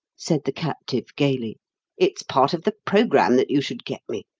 said the captive, gaily it's part of the programme that you should get me.